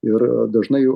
ir dažnai